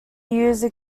used